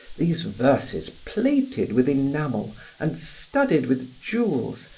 these verses plated with enamel and studded with jewels,